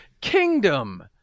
kingdom